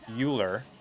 Euler